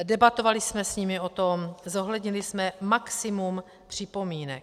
Debatovali jsme s nimi o tom, zohlednili jsme maximum připomínek.